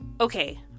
Okay